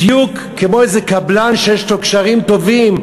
בדיוק כמו איזה קבלן שיש לו איזה קשרים טובים,